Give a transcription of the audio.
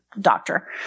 doctor